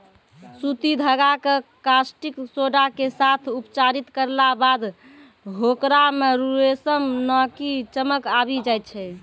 सूती धागा कॅ कास्टिक सोडा के साथॅ उपचारित करला बाद होकरा मॅ रेशम नाकी चमक आबी जाय छै